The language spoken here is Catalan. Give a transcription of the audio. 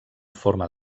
forma